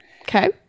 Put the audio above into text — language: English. Okay